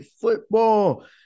football